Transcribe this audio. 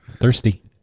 Thirsty